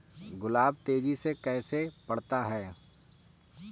गुलाब तेजी से कैसे बढ़ता है?